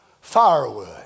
firewood